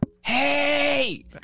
hey